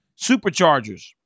Superchargers